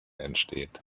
entsteht